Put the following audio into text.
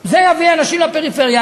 זה יביא אנשים לפריפריה.